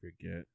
forget